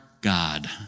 God